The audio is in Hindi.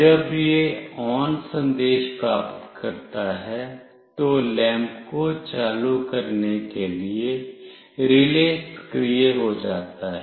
जब यह ON संदेश प्राप्त करता है तो लैंप को चालू करने के लिए रिले सक्रिय हो जाता है